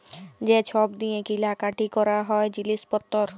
যে ছব দিঁয়ে কিলা কাটি ক্যরা হ্যয় জিলিস পত্তর